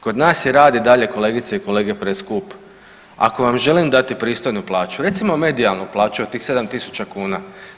Kod nas je rad i dalje kolegice i kolege preskup ako vam želim dati pristojnu plaću, recimo medijalnu plaću od tih 7.000 kuna.